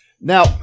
Now